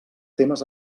temes